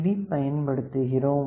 D பயன்படுத்துகிறோம்